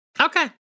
Okay